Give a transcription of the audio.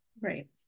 right